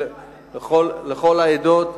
לכל העדות,